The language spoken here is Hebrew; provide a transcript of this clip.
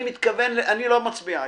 אני לא מצביע היום,